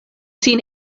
sin